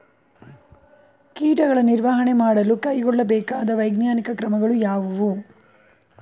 ಕೀಟಗಳ ನಿರ್ವಹಣೆ ಮಾಡಲು ಕೈಗೊಳ್ಳಬೇಕಾದ ವೈಜ್ಞಾನಿಕ ಕ್ರಮಗಳು ಯಾವುವು?